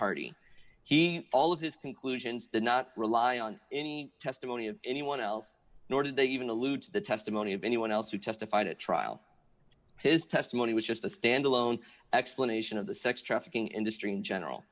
hardy all of his conclusions that not rely on any testimony of anyone else nor did they even allude to the testimony of anyone else who testified at trial his testimony was just a standalone explanation of the sex trafficking industry in general